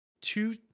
two